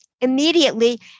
immediately